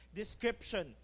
description